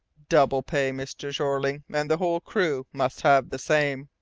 double pay, mr. jeorling, and the whole crew must have the same.